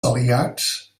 aliats